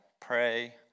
pray